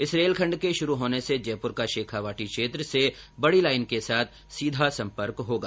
इस रेल खण्ड के शुरू होने से जयपुर का शेखावाटी क्षेत्र से बडी लाईन के साथ सीधा सम्पर्क होगा